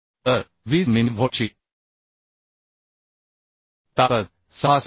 तर 20 मिमी व्होल्टची ताकद 66